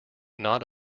not